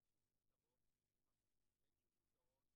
אלה החוקים הכי מיטיבים